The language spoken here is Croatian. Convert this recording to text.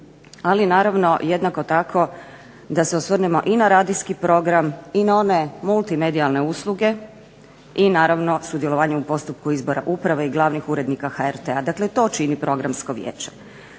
Ali, naravno jednako tako da se osvrnemo i na radijski program i na one multimedijalne usluge i naravno sudjelovanje u postupku izbora uprave i glavnih urednika HRT-a. Dakle, to čini Programsko vijeće.